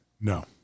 no